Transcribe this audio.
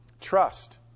Trust